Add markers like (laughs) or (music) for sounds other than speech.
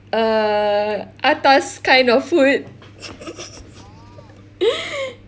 err atas kind of food (laughs)